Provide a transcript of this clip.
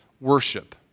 worship